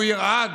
הוא ירעד.